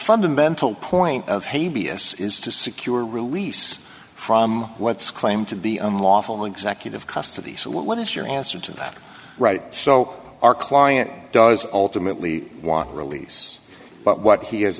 fundamental point of hey b s is to secure her release from what's claimed to be unlawful executive custody so what is your answer to that right so our client does ultimately want release but what he has